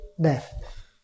death